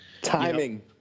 timing